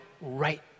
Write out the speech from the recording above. right